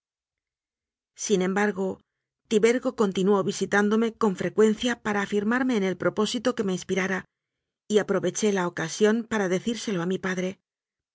sin embargo tibergo continuó visitándome con frecuencia para afirmarme en el propósito que me inspirara y aproveché la ocasión para decírselo a mi padre